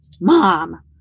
Mom